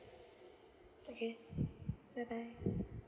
okay bye bye